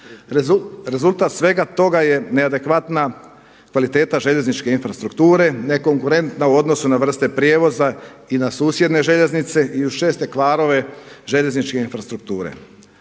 Rezultat svega toga je neadekvatna kvaliteta željezničke infrastrukture, nekonkurentna u odnosu na vrste prijevoza i na susjedne željeznice i uz česte kvarove željezničke infrastrukture.